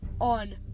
on